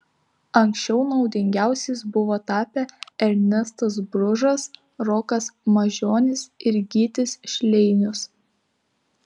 anksčiau naudingiausiais buvo tapę ernestas bružas rokas mažionis ir gytis šleinius